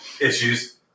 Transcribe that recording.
issues